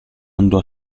andò